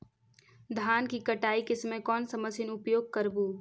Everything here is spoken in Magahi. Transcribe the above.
धान की कटाई के समय कोन सा मशीन उपयोग करबू?